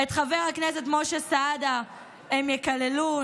את חבר הכנסת משה סעדה הם יקללו,